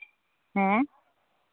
ᱦᱮᱸ